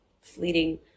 fleeting